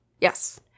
Yes